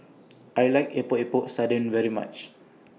I like Epok Epok Sardin very much